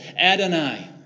Adonai